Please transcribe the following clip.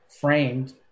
framed